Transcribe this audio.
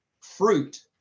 fruit